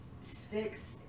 sticks